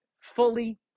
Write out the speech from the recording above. fully